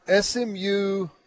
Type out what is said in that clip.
SMU